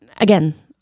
Again